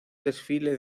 desfile